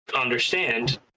understand